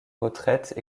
retraites